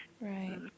right